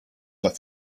that